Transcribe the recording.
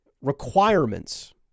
requirements